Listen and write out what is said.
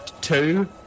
two